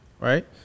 right